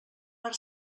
per